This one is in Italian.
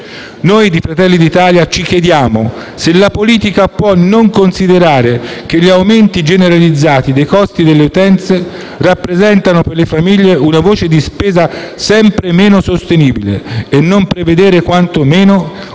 Gruppo Fratelli d'Italia ci chiediamo se la politica possa non considerare che gli aumenti generalizzati dei costi delle utenze rappresentano per le famiglie una voce di spesa sempre meno sostenibile e non prevedere, quantomeno, un